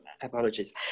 apologies